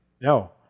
No